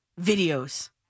videos